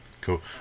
Cool